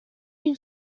une